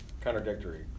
contradictory